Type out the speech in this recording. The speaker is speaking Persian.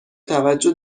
توجه